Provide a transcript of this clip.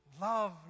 Love